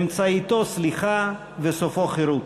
אמצעיתו סליחה וסופו חירות.